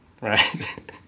right